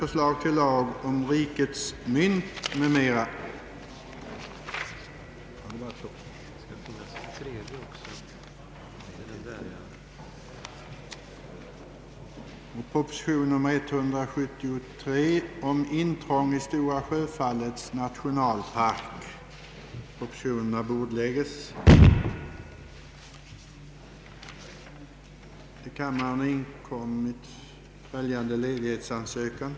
För att på inbjudan av ESRO företa studiebesök vid dess anläggningar i Holland och Västtyskland hemställer jag om tjänstledighet från riksdagsarbetet den 18—den 20 dennes.